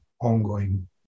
ongoing